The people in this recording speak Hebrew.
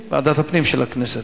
של הכנסת.